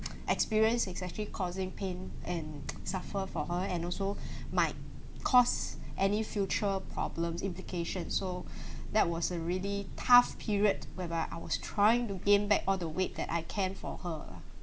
experienced is actually causing pain and suffer for her and also might cause any future problems implication so that was a really tough period whereby I was trying to gain back all the weight that I can for her ah